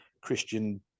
Christian